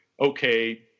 okay